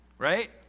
Right